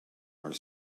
are